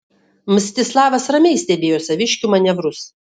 mstislavas ramiai stebėjo saviškių manevrus